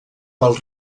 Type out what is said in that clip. pel